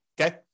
okay